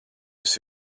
esi